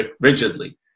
rigidly